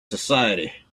society